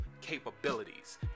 capabilities